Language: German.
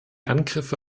angriffe